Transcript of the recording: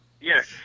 Yes